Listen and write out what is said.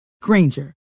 Granger